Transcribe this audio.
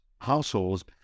households